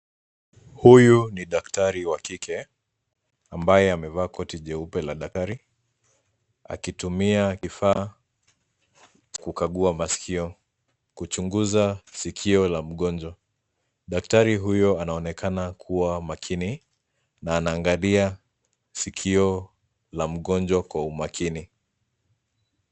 Huyu ni daktari wa kike ambaye amevaa koti jeupe la daktari akitumia kifaa kukagua masikio kuchunguza sikio la mgonjwa daktari huyo anaonekana kua makini na anaangalia sikio la mgonjwa kwa umakini.